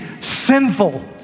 sinful